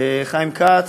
חיים כץ.